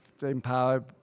empower